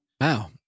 Wow